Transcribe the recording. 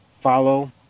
Follow